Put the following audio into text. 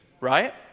Right